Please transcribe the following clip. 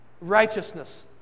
righteousness